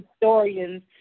historians